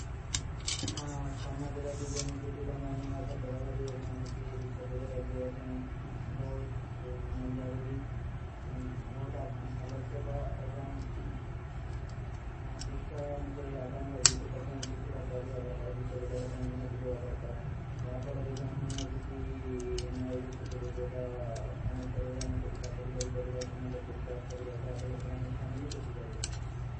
ସମଜଲା କୀ ଜୈମିତୀ ପିଲା ମାନେ ଅଭଧ୍ରଭଲୀ ହୋଲେ ନହୀଂ ସୀ, ଵିଶ୍ଵ ବେଦରା ଜୀଵା ପାଈଂ ବହୁତ ଜରୂରୀ। ବହୁତ ଆପସେପା ଏବାଂ ଦେଶ୍ଵ ଅନୁସେ ଆଗଂପ ଵିଶ୍ଵତା ପାଈଂ କିଛୀ ତା ପଡୀ ଵା ଦରକାର, ଵିଶ୍ଵ ବେଦରା ପାଈଂ ନିହାଂତ ଜୀଵା ଦରକା ଦାପଲେର ଗାମେ କିଛୀ। ଇନ୍ହୋ ଇଶେ ସାଟେ ବେଦର ଅନୁସେ ଆମେ କୋଟୀ ଚାକେଡୀ କରୀ ବାଈ, କିନାଲେ କୋଟୀ ଜାବ କରୀ ବାଈ, ଦାପଲେର ଗାମେ ଫ୍ଯାମିଲୀ ପୂର୍ଶୀ ବାରୀ ବାଈ।